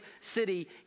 city